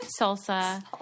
salsa